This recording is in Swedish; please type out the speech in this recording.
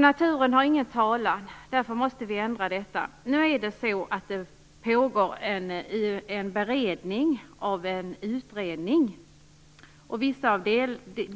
naturen har någon talan. Detta måste vi ändra på. Det pågår en beredning av resultatet av en utredning.